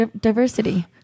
diversity